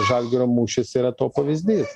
žalgirio mūšis yra to pavyzdys